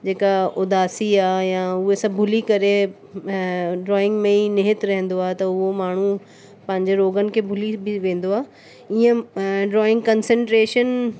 जेका उदासी आहे या उहे सभु भुली करे ड्रॉइंग में ई निहित रहंदो आहे त उहो माण्हू पंहिंजे रोॻनि खे भुली बि वेंदो आहे ईअं ड्रॉइंग कंसंट्रेशन